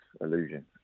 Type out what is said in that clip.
illusion